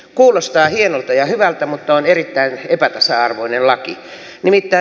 kuulostaa hienolta ja hyvältä mutta on erittäin epätasa arvoinen laki